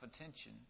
attention